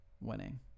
Winning